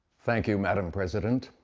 thank you madam president,